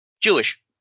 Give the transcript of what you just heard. Jewish